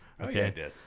Okay